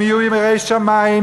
הם יהיו יראי שמים,